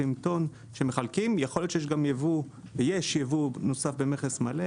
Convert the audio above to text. טון שמחלקים יכול להיות שיש יבוא נוסף במכס מלא,